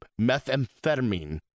methamphetamine